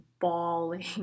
bawling